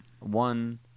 one